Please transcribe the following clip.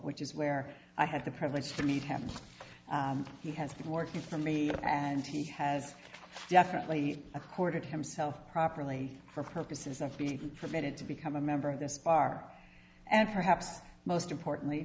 which is where i had the privilege to meet happens he has been working for me and he has definitely accorded himself properly for purposes of to be permitted to become a member of this bar and perhaps most importantly